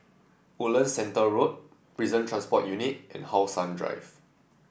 Woodlands Centre Road Prison Transport Unit and How Sun Drive